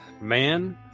man